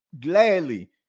gladly